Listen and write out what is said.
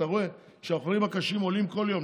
אתה רואה שהחולים הקשים עולים כל יום.